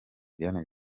diane